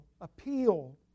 appeal